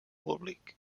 públic